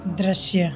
दृश्य